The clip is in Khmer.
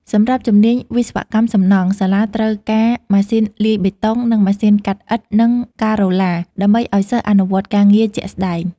សម្រាប់ជំនាញ វិស្វកម្មសំណង់ សាលាត្រូវការ ម៉ាស៊ីនលាយបេតុង និង ម៉ាស៊ីនកាត់ឥដ្ឋនិងការ៉ូឡា ដើម្បីឱ្យសិស្សអនុវត្តការងារជាក់ស្តែង។